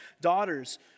daughters